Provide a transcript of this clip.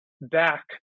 back